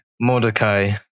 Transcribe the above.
Mordecai